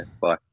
Bye